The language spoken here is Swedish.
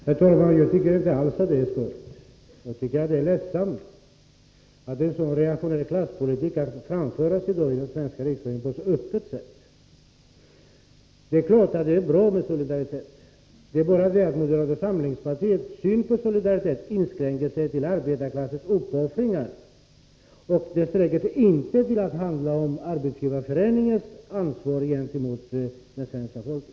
Herr talman! Jag tycker inte alls att detta är skojigt. Jag tycker att det är ledsamt att en så reaktionär klasspolitik i dag kan framföras i den svenska riksdagen på ett så öppet sätt. Det är klart att det är bra med solidaritet. Det är bara det att moderata samlingspartiets syn på solidaritet inskränker sig till arbetarklassens uppoffringar. Den sträcker sig inte till Arbetsgivareföreningens ansvar gentemot svenska folket.